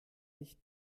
nicht